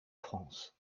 france